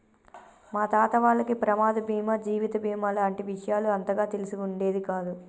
మా తాత వాళ్లకి ప్రమాద బీమా జీవిత బీమా లాంటి విషయాలు అంతగా తెలిసి ఉండేది కాదు